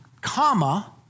comma